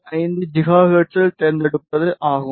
75 ஜிகா ஹெர்ட்ஸில் தேர்ந்தெடுப்பது ஆகும்